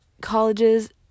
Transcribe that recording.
Colleges